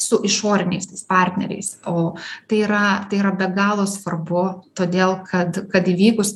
su išoriniais partneriais o tai yra tai yra be galo svarbu todėl kad kad įvykus